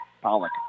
Pollock